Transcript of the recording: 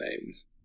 names